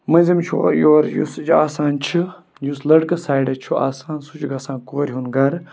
مٔنٛزِم چھُ یورٕ یُس یہِ آسان چھِ یُس لٔڑکہٕ سایڈٕ چھُ آسان سُہ چھُ گژھان کورِ ہُنٛد گَرٕ